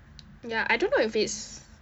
ya I don't know if it's